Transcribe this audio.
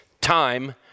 time